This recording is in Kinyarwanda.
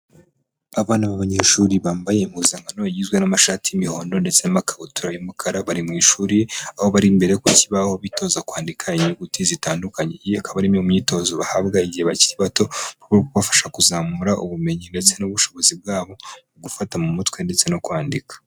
Abana b'abanyeshuri bambaye impuzankano, igizwe n'amashati y'imihondo ndetse n'ikabutura y'umukara. Bari mu ishuri aho bari imbere ku kibaho, bitoza kwandika inyuguti zitandukanye. Iyi akaba ari imwe mu myitozo bahabwa igihe bakiri bato kubafasha kuzamura ubumenyi, ndetse n'ubushobozi bwabo mu gufata mu mutwe ndetse no kwandika.